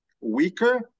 weaker